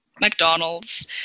McDonald's